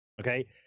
okay